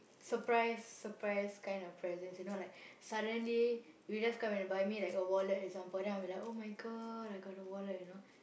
surprise surprise kind of presents you know like suddenly you just come and buy a wallet for example then I will be like !oh-my-God! I got a wallet you know